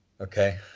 Okay